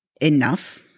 enough